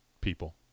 people